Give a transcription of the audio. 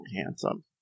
handsome